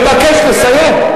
אני מבקש לסיים.